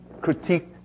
critiqued